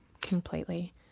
Completely